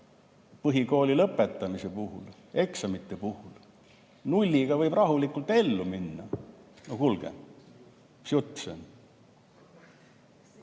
põhikooli lõpetamise puhul, eksamite puhul, et nulliga võib rahulikult ellu minna. Kuulge, mis jutt